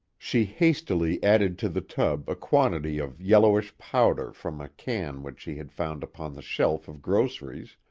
she hastily added to the tub a quantity of yellowish powder from a can which she had found upon the shelf of groceries,